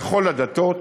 לכל הדתות,